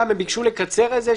גם הם ביקשו לקצר את זה,